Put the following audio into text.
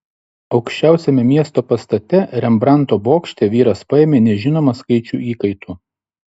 aukščiausiame miesto pastate rembrandto bokšte vyras paėmė nežinomą skaičių įkaitų